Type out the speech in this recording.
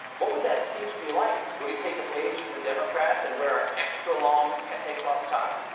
what would that speech be like? would he take a page from the democrats and wear an extra-long kente cloth tie?